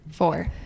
four